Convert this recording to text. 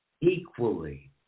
equally